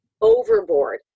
overboard